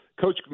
Coach